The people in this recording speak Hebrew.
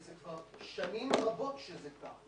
וכבר שנים רבות שזה כך,